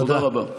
תודה רבה.